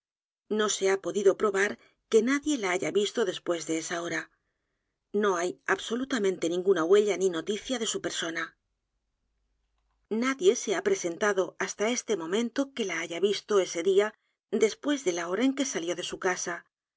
no se ha podido p r o b a r que nadie la haya visto después de esa hora no hay absolutamente ninguna huella ni noticia de su persona nadie se ha presentado hasta este momento que la haya visto ese día después de la hora en que salió de su casa